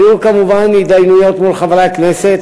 היו כמובן הידיינויות מול חברי הכנסת,